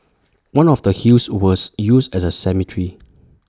one of the hills was used as A cemetery